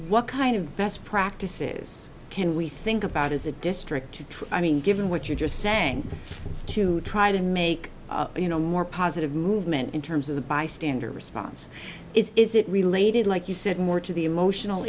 what kind of best practices can we think about as a district to try i mean given what you just sang to try to make you know more positive movement in terms of the bystander response is is it related like you said more to the emotional